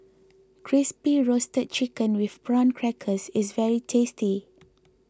Crispy Roasted Chicken with Prawn Crackers is very tasty